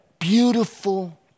beautiful